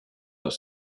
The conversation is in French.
dans